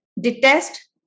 detest